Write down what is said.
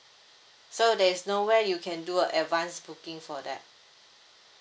so there is no where you can do a advanced booking for that